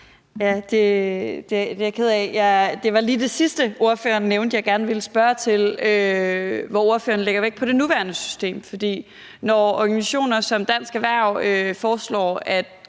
Det var lige det sidste, ordføreren nævnte, jeg gerne ville spørge til, hvor ordføreren lægger vægt på det nuværende system. For når organisationer som Dansk Erhverv foreslår at